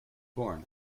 born